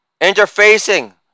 Interfacing